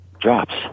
drops